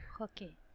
Okay